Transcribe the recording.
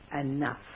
enough